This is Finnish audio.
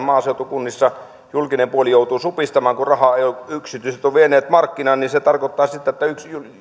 maaseutukunnissa julkinen puoli joutuu supistamaan kun rahaa ei ole yksityiset ovat vieneet markkinan ja se tarkoittaa sitä että